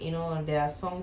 can lah